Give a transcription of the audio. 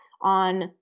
on